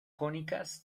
cónicas